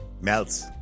melts